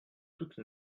toute